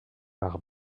par